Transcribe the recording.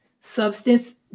Substance